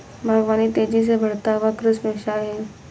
बागवानी तेज़ी से बढ़ता हुआ कृषि व्यवसाय है